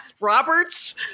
Roberts